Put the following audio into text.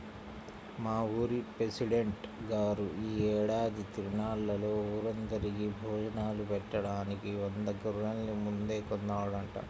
మా ఊరి పెసిడెంట్ గారు యీ ఏడాది తిరునాళ్ళలో ఊరందరికీ భోజనాలు బెట్టడానికి వంద గొర్రెల్ని ముందే కొన్నాడంట